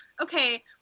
okay